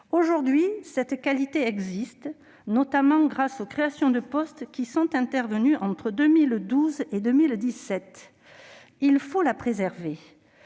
Aujourd'hui, cette qualité existe, notamment grâce aux créations de postes intervenues entre 2012 et 2017. Il faut la préserver.